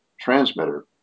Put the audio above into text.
transmitter